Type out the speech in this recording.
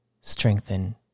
strengthen